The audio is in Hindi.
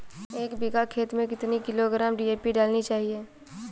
एक बीघा खेत में कितनी किलोग्राम डी.ए.पी डालनी चाहिए?